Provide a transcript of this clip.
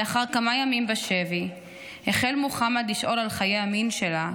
לאחר כמה ימים בשבי החל מוחמד לשאול על חיי המין שלה,